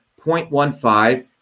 0.15